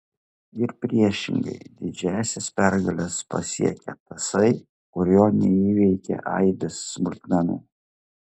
ir priešingai didžiąsias pergales pasiekia tasai kurio neįveikia aibės smulkmenų